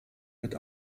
mit